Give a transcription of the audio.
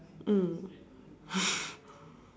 mm